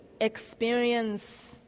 experience